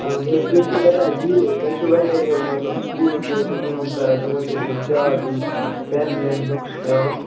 آ بہٕ حظ تُہۍ چھِو واریاہ زِ تۄہہِ چھُو واریاہ یہِ مطلب سکوٗلن سۭتۍ کٲم کَران تِمَن تہِ یِم چارٹ یِم پٮ۪ن وٮ۪ن بُکٕس ترٛاوان